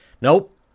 nope